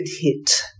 hit